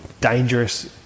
dangerous